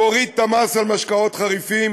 הוא הוריד את המס על משקאות חריפים